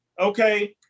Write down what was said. okay